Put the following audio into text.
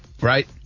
Right